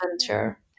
adventure